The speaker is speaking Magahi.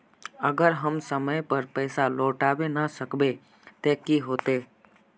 अगर हम समय पर पैसा लौटावे ना सकबे ते की होते?